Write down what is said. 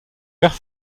vert